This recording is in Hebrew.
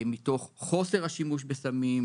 מתוך חוסר השימוש בסמים,